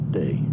day